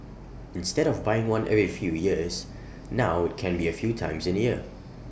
instead of buying one every few years now IT can be A few times in A year